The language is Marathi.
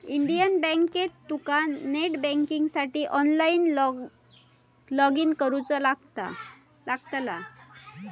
इंडियन बँकेत तुका नेट बँकिंगसाठी ऑनलाईन लॉगइन करुचा लागतला